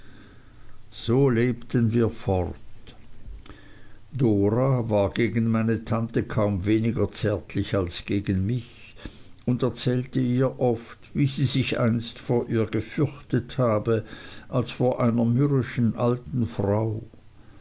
so lebten wir fort dora war gegen meine tante kaum weniger zärtlich als gegen mich und erzählte ihr oft wie sie sich einst vor ihr gefürchtet habe als vor einer mürrischen alten frau